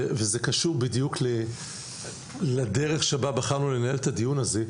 זה קשור בדיוק לדרך שבה בחרנו לנהל את הדיון הזה.